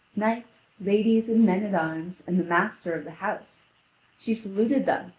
knights, ladies and men-at-arms, and the master of the house she saluted them,